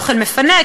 אוכל מפנק,